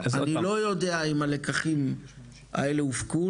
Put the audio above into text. אני לא יודע אם הלקחים האלה הופקו,